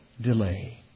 delay